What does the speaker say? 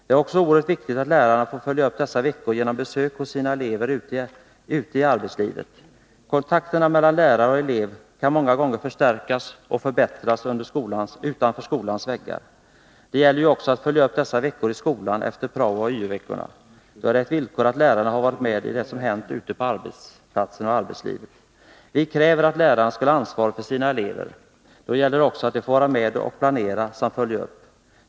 Det är också oerhört viktigt att lärarna får följa upp dessa veckor genom besök hos sina elever ute i arbetslivet. Kontakterna mellan lärare och elev kan många gånger förstärkas och förbättras utanför skolans väggar. Det gäller ju också att följa upp dessa veckor i skolan efter praooch yo-veckorna. Då är det ett villkor att lärarna har varit med i det som hänt ute på arbetsplatserna. Vi kräver att lärarna skall ha ansvaret för sina elever, och då gäller det också att de får medverka med planering och uppföljning.